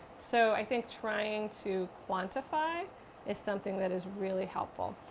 so, i think trying to quantify is something that is really helpful.